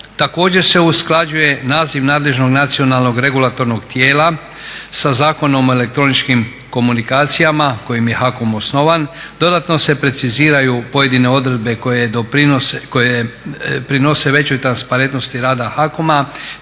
Također se usklađuje naziv nadležnog nacionalnog regulatornog tijela sa Zakonom o elektroničkim komunikacijama kojim je HACOM osnovan dodatno se preciziraju pojedine odredbe koje doprinose, koje prinose većoj transparentnosti rada HACOM-a